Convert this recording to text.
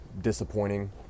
disappointing